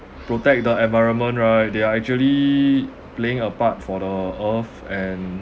protect the environment right they are actually playing a part for the earth and